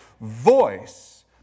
voice